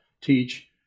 teach